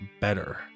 better